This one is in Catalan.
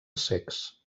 cecs